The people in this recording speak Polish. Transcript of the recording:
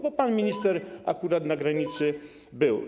Bo pan minister akurat na granicy był.